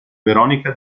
veronica